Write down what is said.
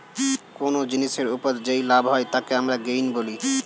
কোন জিনিসের ওপর যেই লাভ হয় তাকে আমরা গেইন বলি